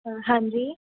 ਹਾਂਜੀ